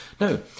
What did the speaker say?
No